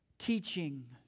Teaching